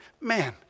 Man